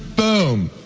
boom.